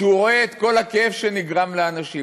כשהוא רואה את כל הכאב שנגרם לאנשים,